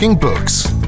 Books